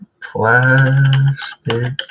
plastic